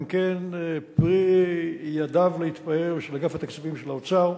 גם כן פרי ידיו להתפאר של אגף התקציבים של האוצר.